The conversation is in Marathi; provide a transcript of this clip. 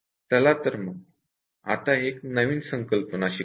चला तर मग आता एक नवीन संकल्पना शिकूया